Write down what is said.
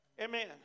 Amen